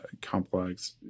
complex